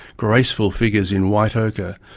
graceful figures in white ochre,